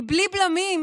היא בלי בלמים,